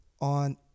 on